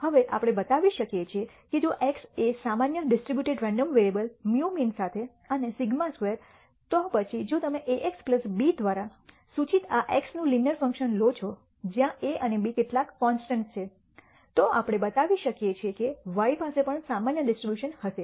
હવે આપણે બતાવી શકીએ કે જો x એ સામાન્ય ડિસ્ટ્રિબ્યુટેડ રેન્ડમ વેરિયેબલ μ મીન સાથે અને σ2 તો પછી જો તમે ax b દ્વારા સૂચિત આ x નું લિનિયર ફંકશન લો છો જ્યાં a અને b કેટલાક કોન્સ્ટન્ટ્સ છે તો આપણે બતાવી શકીએ કે y પાસે પણ સામાન્ય ડિસ્ટ્રીબ્યુશન હશે